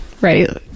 right